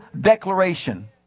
declaration